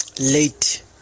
Late